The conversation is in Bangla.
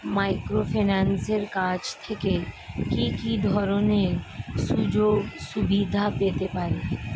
মাইক্রোফিন্যান্সের কাছ থেকে কি কি ধরনের সুযোগসুবিধা পেতে পারি?